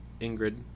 Ingrid